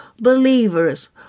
believers